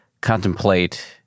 contemplate